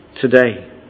today